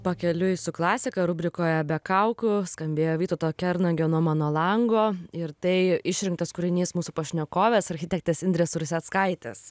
pakeliui su klasika rubrikoje be kaukių skambėjo vytauto kernagio nuo mano lango ir tai išrinktas kūrinys mūsų pašnekovės architektės indrės ruseckaitės